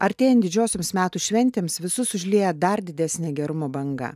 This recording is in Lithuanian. artėjant didžiosioms metų šventėms visus užlieja dar didesnė gerumo banga